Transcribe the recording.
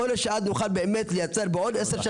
יכול להיות שנוכל ייצר פה משהו טוב,